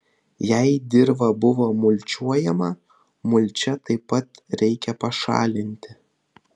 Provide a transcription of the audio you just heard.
jei dirva buvo mulčiuojama mulčią taip pat reikia pašalinti